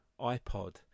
ipod